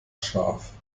scharf